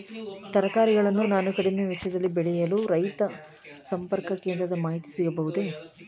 ತರಕಾರಿಗಳನ್ನು ನಾನು ಕಡಿಮೆ ವೆಚ್ಚದಲ್ಲಿ ಬೆಳೆಯಲು ರೈತ ಸಂಪರ್ಕ ಕೇಂದ್ರದ ಮಾಹಿತಿ ಸಿಗಬಹುದೇ?